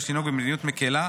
יש לנהוג במדיניות מקילה,